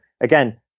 again